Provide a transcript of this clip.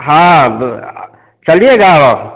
हाँ अब चलिएगा